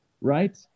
right